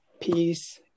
peace